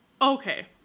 okay